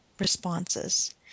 responses